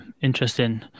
interesting